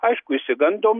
aišku išsigandom